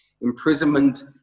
imprisonment